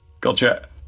gotcha